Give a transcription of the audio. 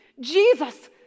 Jesus